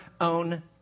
own